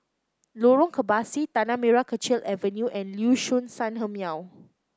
Lorong Kebasi Tanah Merah Kechil Avenue and Liuxun Sanhemiao